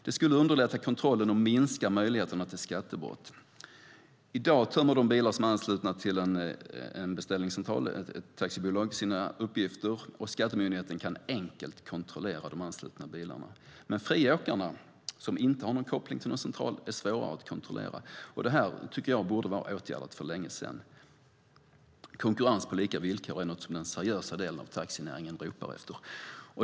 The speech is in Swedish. Det skulle underlätta kontrollen och minska möjligheterna till skattebrott. I dag tömmer de bilar som är anslutna till en beställningscentral, ett taxibolag, sina uppgifter. Skattemyndigheten kan sedan enkelt kontrollera de anslutna bilarna. Men friåkarna, som inte har en koppling till någon central, är svårare att kontrollera. Jag tycker att detta borde ha varit åtgärdat för länge sedan. Konkurrens på lika villkor är något som den seriösa delen av taxinäringen ropar efter.